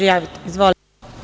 Izvolite.